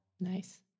Nice